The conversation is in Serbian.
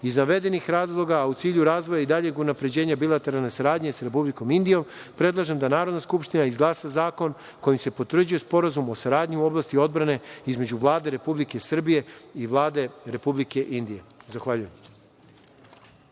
navedenih razloga, a u cilju razvoja i daljeg unapređenja bilateralne saradnje sa Republikom Indijom predlažem da Narodna skupština izglasa zakon kojim se potvrđuje Sporazum o saradnji u oblasti odbrane između Vlade Republike Srbije i Vlade Republike Indije. Zahvaljujem.